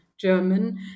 German